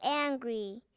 angry